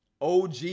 OG